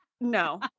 no